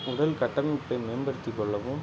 முதல் கட்டமைப்பை மேம்படுத்தி கொள்ளவும்